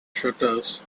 shutters